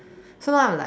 so now I'm like